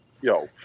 Yo